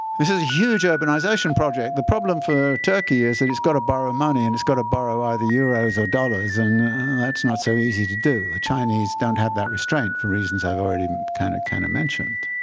this is a huge urbanization project. the problem for turkey is that it's got to borrow money. and it's got to borrow either euros or dollars. and that's not so easy to do. the chinese don't have that restraint for reasons i've already kind of kind of mentioned.